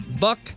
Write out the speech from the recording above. Buck